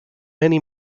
many